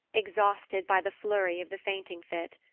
exhausted by the flurry of the fainting fit.